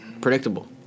predictable